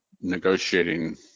negotiating